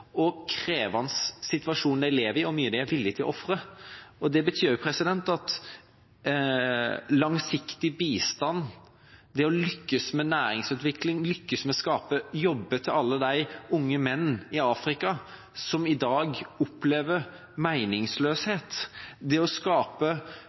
krevende situasjonen de lever i, er, og hvor mye de er villig til å ofre. Det betyr også langsiktig bistand – det å lykkes med næringsutvikling, det å lykkes med å skape jobber til alle de unge menn i Afrika som i dag opplever